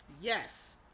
yes